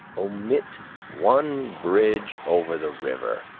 omit one bridge over the river,